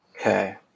Okay